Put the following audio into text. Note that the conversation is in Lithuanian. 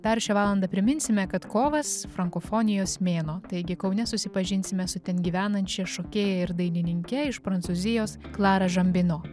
dar šią valandą priminsime kad kovas frankofonijos mėnuo taigi kaune susipažinsime su ten gyvenančia šokėja ir dainininke iš prancūzijos klara žambino